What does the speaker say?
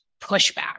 pushback